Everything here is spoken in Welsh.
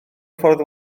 ffordd